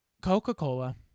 Coca-Cola